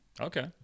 okay